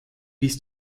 bis